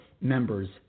members